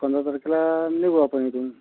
पंदरा तारखेला निघू आपन इथून